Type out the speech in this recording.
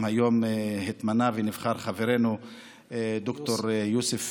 גם היום התמנה ונבחר חברנו ד"ר יוסף